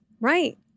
Right